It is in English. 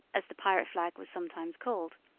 as the pirate flag was sometimes called.